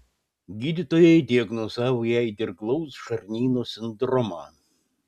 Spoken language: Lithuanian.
gydytojai diagnozavo jai dirglaus žarnyno sindromą